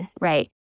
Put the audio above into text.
right